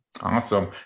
Awesome